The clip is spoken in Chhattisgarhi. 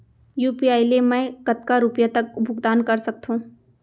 यू.पी.आई ले मैं कतका रुपिया तक भुगतान कर सकथों